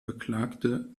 beklagte